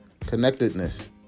connectedness